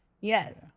Yes